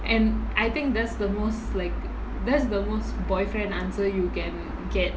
and I think that's the most like that's the most boyfriend answer you can get